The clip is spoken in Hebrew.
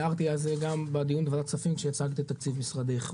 הערתי על זה גם בדיון בוועדת כספים כשהצגת את תקציב משרדך,